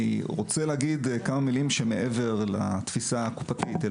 אני רוצה להגיד כמה מילים שמעבר לתפיסה הקופתית,